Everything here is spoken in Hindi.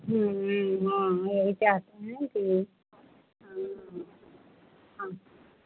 हम नहीं माँ वह क्या सब है तभी